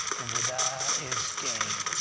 and to die is gain.